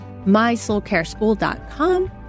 mysoulcareschool.com